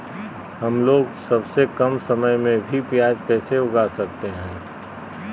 हमलोग सबसे कम समय में भी प्याज कैसे उगा सकते हैं?